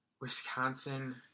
Wisconsin